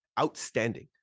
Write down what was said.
outstanding